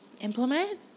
implement